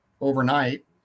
overnight